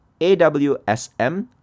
AWSM